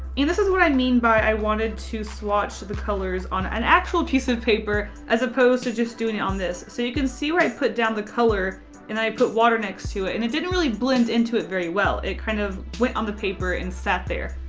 and this is what i mean by i wanted to swatch the colors on an actual piece of paper as opposed to just doing it on this. so you can see where i put down the color and i put water next to it and it didn't really blend into it very well. it kind of went on the paper and sat there.